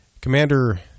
Commander